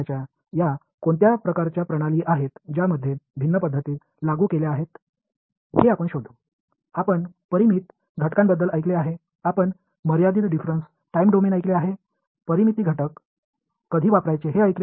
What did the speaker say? எனவே இயற்பியலின் இந்த பல்வேறு வகையான ரெஜிமெஸ் எவை என்பதைக் கண்டுபிடிப்போம் இதில் வெவ்வேறு முறைகள் பயன்படுத்தப்படுகின்றன ஃபினிட் எலமெண்ட் பற்றி நீங்கள் கேள்விப்பட்டிருக்கிறீர்கள் finite difference time domain finite element எப்போது பயன்படுத்த வேண்டும் என்று கேள்விப்பட்டீர்கள்